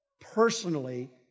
Personally